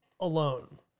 alone